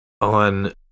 on